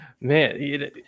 man